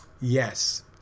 Yes